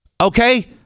Okay